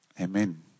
Amen